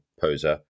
poser